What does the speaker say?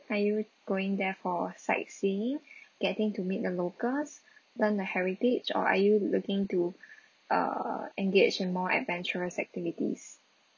are you going there for sightseeing getting to meet the locals learn the heritage or are you looking to err engage in more adventurous activities